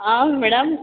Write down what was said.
ಆಂ madam